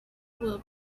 will